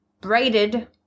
braided